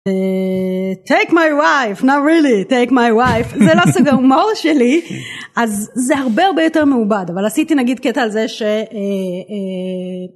Take my wife not really take my wife זה לא סוג ההומור שלי אז זה הרבה הרבה יותר מעובד אבל עשיתי נגיד קטע על זה.